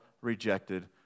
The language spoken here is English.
rejected